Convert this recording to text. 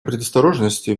предосторожности